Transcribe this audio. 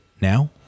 Now